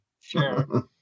Sure